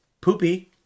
Poopy